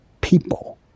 people